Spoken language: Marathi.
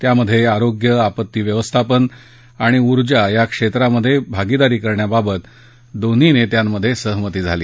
त्यात आरोग्य आपत्ती व्यवस्थापन आणि ऊर्जा क्षेत्रात भागिदारी करण्याबाबत दोन्ही नेत्यांमध्ये सहमती झाली